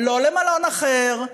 לא למלון אחר,